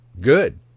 good